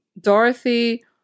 Dorothy